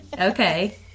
Okay